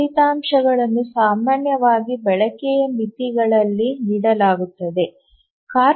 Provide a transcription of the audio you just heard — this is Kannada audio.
ಆ ಫಲಿತಾಂಶಗಳನ್ನು ಸಾಮಾನ್ಯವಾಗಿ ಬಳಕೆಯ ಮಿತಿಗಳಾಗಿ ನೀಡಲಾಗುತ್ತದೆ